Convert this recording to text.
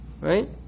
right